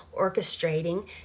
orchestrating